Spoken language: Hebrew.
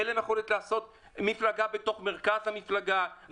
אין להם יכולת לעשות מפלגה בתוך מרכז המפלגה,